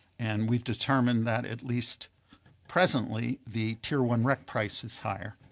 and we've determined that at least presently the tier one rec price is higher.